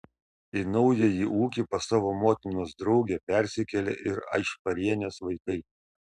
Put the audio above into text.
į naująjį ūkį pas savo motinos draugę persikėlė ir aišparienės vaikai